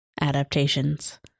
adaptations